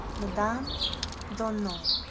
madame d'aulnoy.